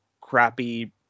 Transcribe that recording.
crappy